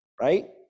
right